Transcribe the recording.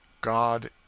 God